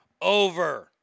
over